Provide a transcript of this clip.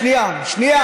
שנייה.